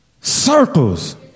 circles